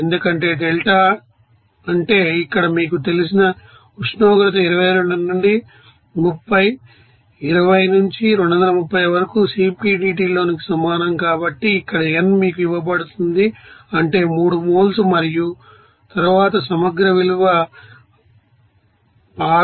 ఎందుకంటే డెల్టా అంటే ఇక్కడ మీకు తెలిసిన ఉష్ణోగ్రత 22 నుంచి 30 20 నుంచి 230 వరకు CpdTలోనికి సమానం కాబట్టిఇక్కడ n మీకు ఇవ్వబడింది అంటే 3 మోల్స్ మరియు తరువాత సమగ్ర విలువ 6207